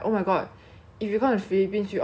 我们那天晚上就吃 Jollibean then